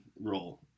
role